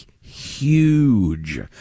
huge